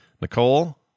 Nicole